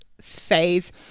phase